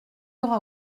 aura